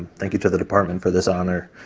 thank you to the department for this honor,